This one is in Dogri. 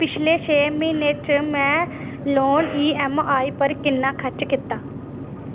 पिछले छे म्हीने च में लोन ईऐमआई पर किन्ना खर्च कीता